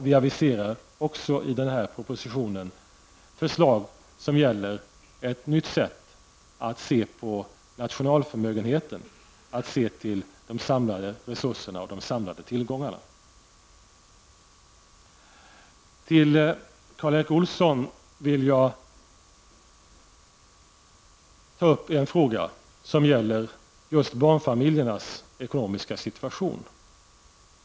Vi aviserar också i denna proposition förslag som gäller ett nytt sätt att se på nationelförmögenheten, att se till de samlade resurserna och de samlade tillgångarna. Med Karl Erik Olsson vill jag ta upp en fråga som gäller barnfamiljernas ekonomiska situation.